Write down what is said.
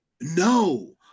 No